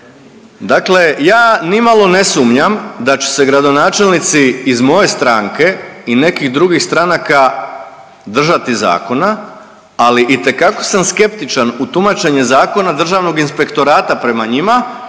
Dakle, ja nimalo ne sumnjam da će se gradonačelnici iz moje stranke i nekih drugih stranaka držati zakona, ali itekako sam skeptičan u tumačenju zakona Državnog inspektorata prema njima